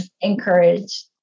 encourage